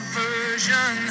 version